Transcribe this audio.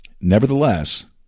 Nevertheless